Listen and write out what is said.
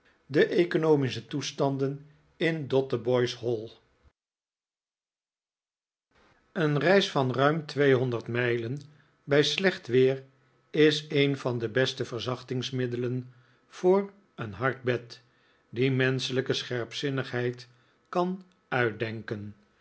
de economische toestanden in dotheboys hall een reis van ruim tweehonderd mijlen bij slecht weer is een van de beste verzachtingsmiddelen voor een hard bed die menschelijke scherpzinnigheid kan uitdenken